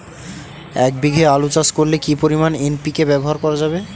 এক বিঘে আলু চাষ করলে কি পরিমাণ এন.পি.কে ব্যবহার করা যাবে?